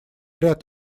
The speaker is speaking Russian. ряд